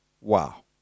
wow